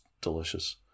delicious